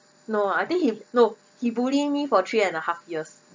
no I think he no he bullying me for three and a half years